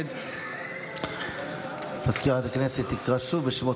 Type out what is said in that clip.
נגד סגנית מזכיר הכנסת תקרא שוב בשמות